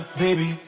baby